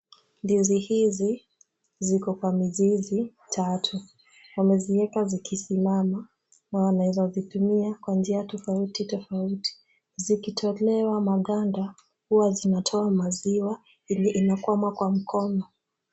Ndizi hizi ziko kwa mizizi tatu. Wameziweka zikisimama na wanaweza zitumia kwa njia tofauti tofauti. Zikitolewa maganda huwa zinatoa maziwa ile inakwama kwa mkono.